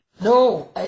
No